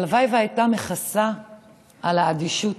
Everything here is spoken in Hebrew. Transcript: הלוואי שהייתה מכסה על האדישות.